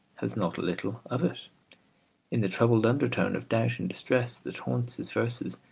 has not a little of it in the troubled undertone of doubt and distress that haunts his verses,